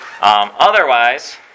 Otherwise